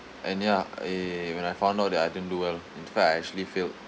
and ya eh when I found out that I didn't do well in fact I actually failed